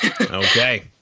okay